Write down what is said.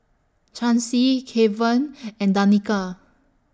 Chancy Keven and Danica